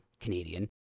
Canadian